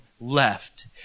left